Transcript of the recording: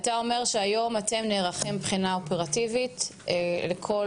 אתה אומר שהיום אתם נערכים מבחינה אופרטיבית לכל